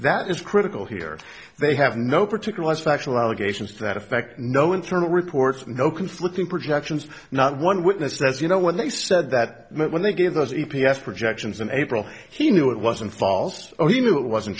that is critical here they have no particular factual allegations that effect no internal reports no conflicting projections not one witness says you know when they said that when they gave those a p s projections in april he knew it wasn't false he knew it wasn't